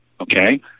okay